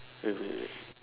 wait wait wait